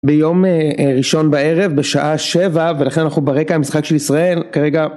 ביום ראשון בערב בשעה שבע ולכן אנחנו ברקע המשחק של ישראל כרגע